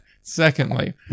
Secondly